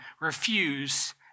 refuse